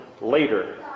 later